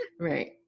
right